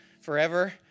forever